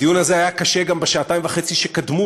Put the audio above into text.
הדיון הזה היה קשה גם בשעתיים וחצי שקדמו